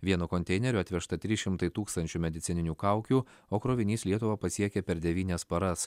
vienu konteineriu atvežta trys šimtai tūkstančių medicininių kaukių o krovinys lietuvą pasiekė per devynias paras